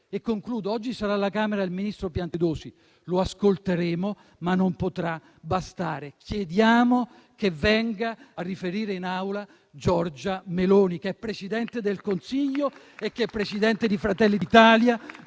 Oggi sarà alla Camera il ministro Piantedosi: lo ascolteremo, ma non potrà bastare. Chiediamo che venga a riferire in Aula Giorgia Meloni, che è Presidente del Consiglio e presidente di Fratelli d'Italia,